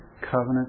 covenant